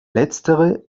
letztere